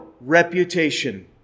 reputation